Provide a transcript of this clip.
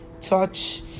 touch